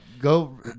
Go